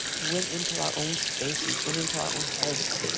went into our own spaces, went into our own heads.